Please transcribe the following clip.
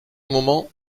moment